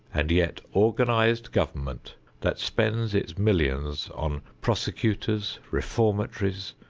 and yet organized government that spends its millions on prosecutions, reformatories,